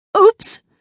Oops